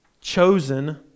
chosen